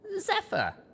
Zephyr